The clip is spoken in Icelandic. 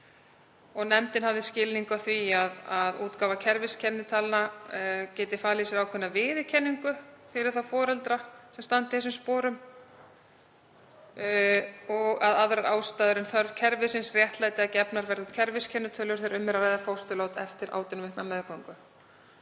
á. Nefndin hafði skilning á því að útgáfa kerfiskennitalna gæti falið í sér ákveðna viðurkenningu fyrir þá foreldra sem standa í þessum sporum og að aðrar ástæður en þörf kerfisins réttlæti að gefnar verði út kerfiskennitölur þegar um er að ræða fósturlát eftir 18 vikna meðgöngu.